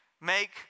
make